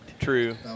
True